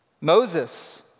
Moses